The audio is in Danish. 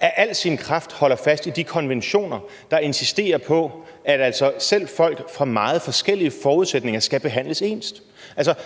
al sin kraft holder fast i de konventioner, der insisterer på, at folk fra selv meget forskellige forudsætninger skal behandles ens.